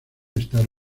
estar